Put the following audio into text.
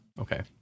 Okay